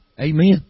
Amen